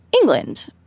England